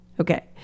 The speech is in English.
Okay